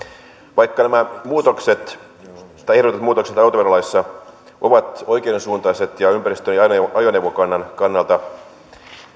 vaikka nämä ehdotetut muutokset autoverolaissa ovat oikeansuuntaiset ympäristön ja ajoneuvokannan kannalta